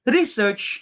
Research